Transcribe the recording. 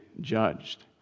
judged